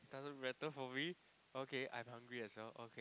doesn't matter for me okay I'm hungry as well okay